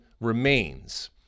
remains